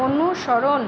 অনুসরণ